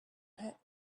pit